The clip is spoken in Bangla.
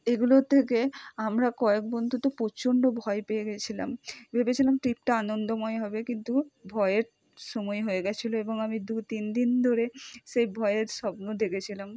এগুলোর থেকে আমরা কয়েক বন্ধু তো প্রচণ্ড ভয় পেয়ে গিয়েছিলাম ভেবেছিলাম ট্রিপটা আনন্দময় হবে কিন্তু ভয়ের সময় হয়ে গিয়েছিল এবং আমি দু তিন দিন ধরে সেই ভয়ের স্বপ্ন দেখেছিলাম